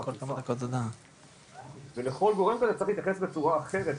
ואכיפה ולכל גורם כזה צריך להתייחס בצורה אחרת,